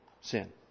sin